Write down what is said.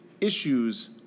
issues